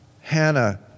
Hannah